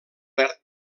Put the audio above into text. verd